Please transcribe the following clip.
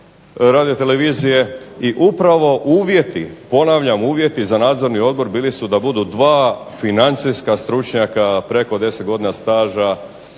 gubicima HRT-a. i upravo uvjeti, ponavljam uvjeti za nadzorni odbor bili su da budu dva financijska stručnjaka, preko 10 godina staža